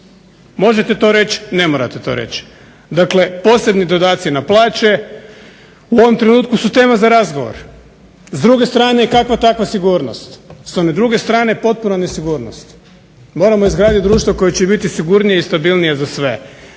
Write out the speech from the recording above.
Možete to reći, ne morate to reći. Dakle, posebni dodaci na plaće u ovom trenutku su tema za razgovor. S druge strane kakva takav sigurnost. S one druge strane potpuna nesigurnost. Moramo izgraditi društvo koje će biti sigurnije i stabilnije za sve.